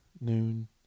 noon